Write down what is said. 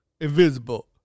invisible